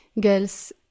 girls